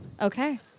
Okay